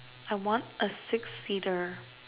I want a six seater